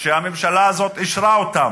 שהממשלה אישרה אותן.